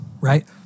right